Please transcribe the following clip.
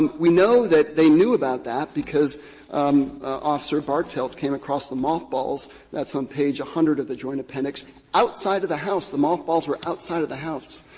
and we know that they knew about that because officer bartelt came across the moth balls that's on page one hundred of the joint appendix outside of the house. the mothballs were outside of the house,